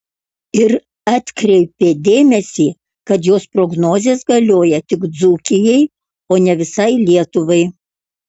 ir atkreipė dėmesį kad jos prognozės galioja tik dzūkijai o ne visai lietuvai